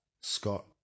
Scott